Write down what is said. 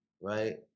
right